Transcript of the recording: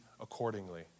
accordingly